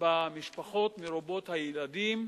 במשפחות מרובות ילדים,